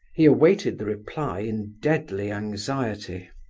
he awaited the reply in deadly anxiety.